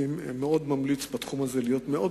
אני מאוד ממליץ בתחום הזה להיות מאוד